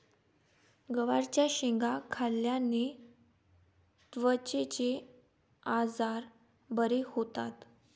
गवारच्या शेंगा खाल्ल्याने त्वचेचे आजार बरे होतात